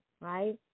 right